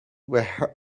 were